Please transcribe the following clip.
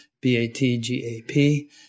B-A-T-G-A-P